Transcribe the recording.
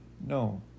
No